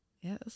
Yes